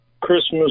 Christmas